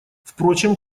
впрочем